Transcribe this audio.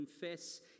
confess